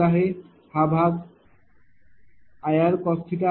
हा भागIr cos आहे